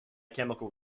chemical